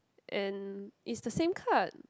and it's the same card